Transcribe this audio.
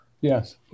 yes